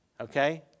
Okay